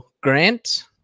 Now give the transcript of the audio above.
grant